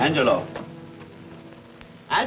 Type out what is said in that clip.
and you know i